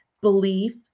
belief